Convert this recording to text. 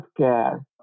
healthcare